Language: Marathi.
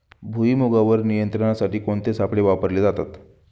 भुईमुगावर नियंत्रणासाठी कोणते सापळे वापरले जातात?